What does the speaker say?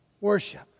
worship